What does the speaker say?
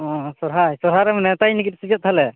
ᱥᱚᱨᱦᱟᱭ ᱥᱚᱨᱦᱟᱭ ᱨᱮᱢ ᱱᱮᱣᱛᱟᱧ ᱞᱟ ᱜᱤᱫ ᱥᱮ ᱪᱮᱫ ᱛᱟᱦᱚᱞᱮ